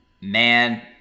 Man